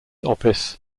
office